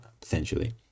potentially